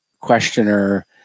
questioner